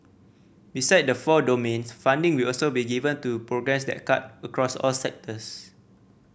besides the four domains funding will also be given to programmes that cut across all sectors